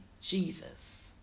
Jesus